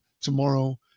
tomorrow